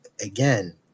again